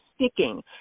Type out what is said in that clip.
sticking